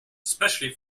especially